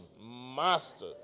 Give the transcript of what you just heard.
Master